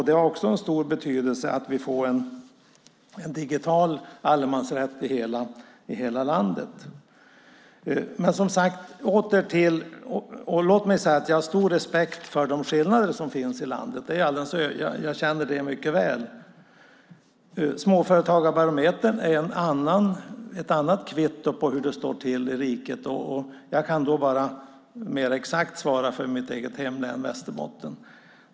Det har också en stor betydelse att vi får en digital allemansrätt i hela landet. Låt mig säga att jag har stor respekt för de skillnader som finns i landet. Jag känner mycket väl till det. Småföretagsbarometern är ett annat kvitto på hur det står till i riket. Jag kan bara mer exakt svara för mitt eget hemlän, Västerbotten.